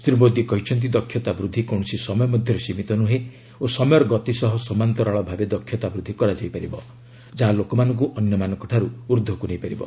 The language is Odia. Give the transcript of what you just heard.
ଶ୍ରୀ ମୋଦୀ କହିଛନ୍ତି ଦକ୍ଷତା ବୃଦ୍ଧି କୌଣସି ସମୟ ମଧ୍ୟରେ ସୀମିତ ନୁହେଁ ଓ ସମୟର ଗତି ସହ ସମାନ୍ତରାଳ ଭାବେ ଦକ୍ଷତା ବୃଦ୍ଧି କରାଯାଇ ପାରିବ ଯାହା ଲୋକମାନଙ୍କୁ ଅନ୍ୟମାନଙ୍କଠାରୁ ଉର୍ଦ୍ଧ୍ୱକୁ ନେଇପାରିବ